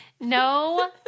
No